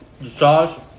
Sauce